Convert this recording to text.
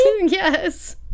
Yes